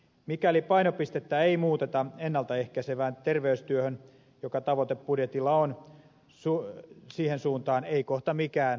mikäli painopistettä ei muuteta ennalta ehkäisevään terveystyöhön joka tavoite budjetilla on siihen suuntaan ei kohta mikään raha riitä